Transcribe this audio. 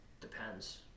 depends